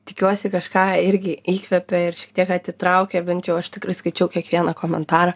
tikiuosi kažką irgi įkvepia ir šiek tiek atitraukia bent jau aš tikrai skaičiau kiekvieną komentarą